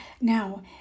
now